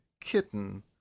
kitten